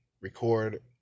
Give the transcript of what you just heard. record